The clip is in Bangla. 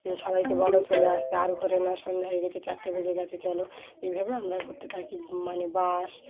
সবাইকে বলো চলে আসতে আর ঘরে না সন্ধ্যা হয়ে গেছে চারটে বেজে গেছে চলো এইভাবে আমরা ঘুরতে থাকি মানে বাস